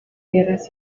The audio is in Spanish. guerras